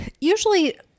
usually